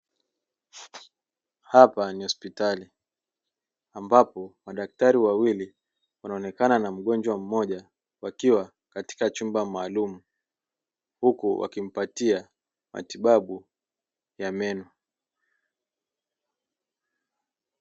Hapa ni hospitali ambapo madaktari wawili wanaonekana na mgonjwa mmoja wakiwa katika chumba maalumu, huku wakipatia matibabu ya meno.